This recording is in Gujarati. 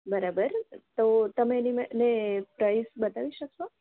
બરાબર તો તમે એની મને પ્રાઇસ બતાવી શકશો